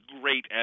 great